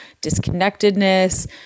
disconnectedness